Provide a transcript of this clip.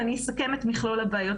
ואני אסכם את מכלול הבעיות.